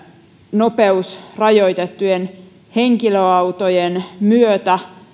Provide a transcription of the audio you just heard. nopeusrajoitettujen henkilöautojen myötä